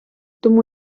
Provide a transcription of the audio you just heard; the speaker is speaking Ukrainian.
тому